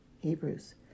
Hebrews